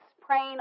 praying